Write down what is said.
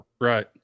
Right